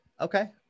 Okay